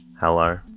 Hello